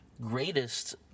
greatest